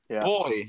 Boy